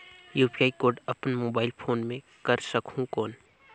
UPI code अपन mobile phone मे कर सकहुं कौन?